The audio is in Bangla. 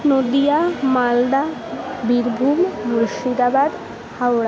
নদিয়া মালদা বীরভূম মুর্শিদাবাদ হাওড়া